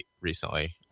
recently